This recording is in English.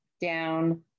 down